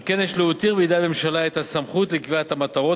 על כן יש להותיר בידי את הממשלה את הסמכות לקביעת המטרות